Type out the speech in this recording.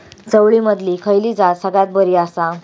चवळीमधली खयली जात सगळ्यात बरी आसा?